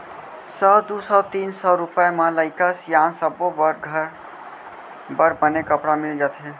सौ, दू सौ, तीन सौ रूपिया म लइका सियान सब्बो बर बने कपड़ा मिल जाथे